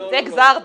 זה גזר דין.